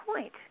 point